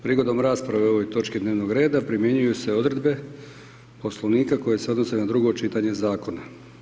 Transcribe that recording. Prigodom rasprave o ovoj točki dnevnog reda, primjenjuju se odredbe Poslovnika koji se odnose na drugo čitanje zakona.